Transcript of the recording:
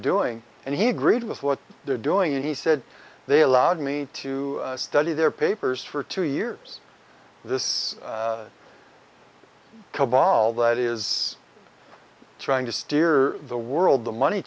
doing and he agreed with what they're doing and he said they allowed me to study their papers for two years this cabal that is trying to steer the world the money